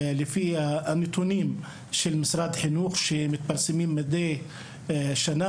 לפי הנתונים של משרד החינוך שמתפרסמים מדי שנה